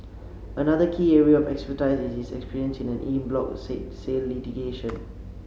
another key area of expertise is his experience in en bloc sale litigation